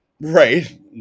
right